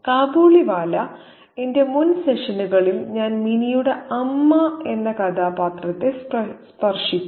കാബൂളിവാലയിലെ എന്റെ മുൻ സെഷനുകളിൽ ഞാൻ മിനിയുടെ അമ്മ എന്ന കഥാപാത്രത്തെ സ്പർശിച്ചു